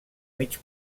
mig